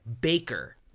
Baker